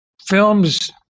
Films